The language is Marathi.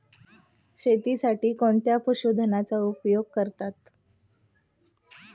शेतीसाठी कोणत्या पशुधनाचा उपयोग करतात?